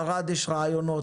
בערד יש רעיונות.